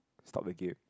stop the game